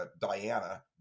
Diana